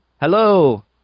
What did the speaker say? Hello